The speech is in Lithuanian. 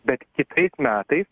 bet kitais metai